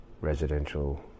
residential